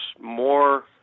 more